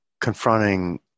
confronting